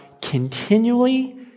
continually